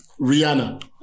Rihanna